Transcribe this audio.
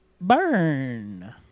Burn